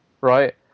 right